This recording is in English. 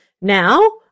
now